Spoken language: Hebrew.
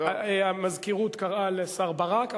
המזכירות קראה לשר ברק,